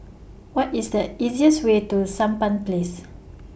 What IS The easiest Way to Sampan Place